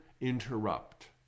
interrupt